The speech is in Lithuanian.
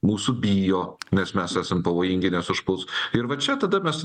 mūsų bijo nes mes esam pavojingi nes užpuls ir va čia tada mes